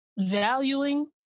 valuing